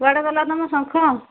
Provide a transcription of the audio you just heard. କୁଆଡ଼େ ଗଲା ତମ ଶଙ୍ଖ